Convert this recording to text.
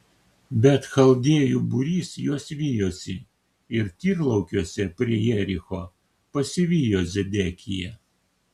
bet chaldėjų būrys juos vijosi ir tyrlaukiuose prie jericho pasivijo zedekiją